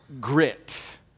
grit